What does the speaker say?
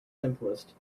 simplest